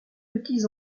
petits